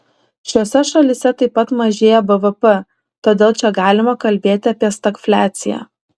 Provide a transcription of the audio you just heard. šiose šalyse taip pat mažėja bvp todėl čia galima kalbėti apie stagfliaciją